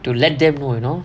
to let them know you know